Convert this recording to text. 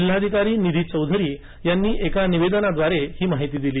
जिल्हाधिकारी निधी चौधरी यांनी एका निवेदनाव्दारे ही माहिती दिली